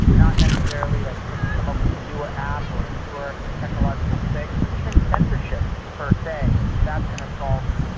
not necessarily if like like we come up with a newer app or a newer technological fix or even censorship per se, that that's going to solve it.